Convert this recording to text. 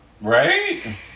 Right